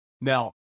Now